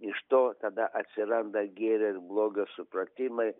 iš to tada atsiranda gėrio ir blogio supratimai